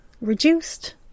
reduced